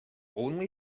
only